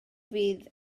fydd